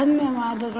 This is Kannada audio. ದನ್ಯವಾದಗಳು